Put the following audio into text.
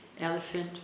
elephant